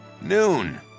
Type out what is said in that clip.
Noon